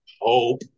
hope